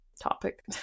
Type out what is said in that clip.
topic